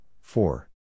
four